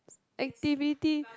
activity